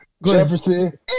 Jefferson